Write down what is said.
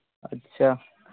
ᱟᱪᱪᱷᱟ